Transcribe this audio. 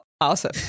awesome